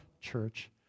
church